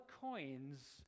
coins